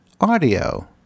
audio